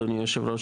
אדוני היושב-ראש,